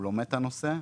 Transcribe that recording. הוא לומד את הנושא,